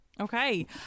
Okay